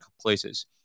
places